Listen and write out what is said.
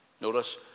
Notice